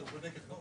מי נגד?